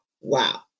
Wow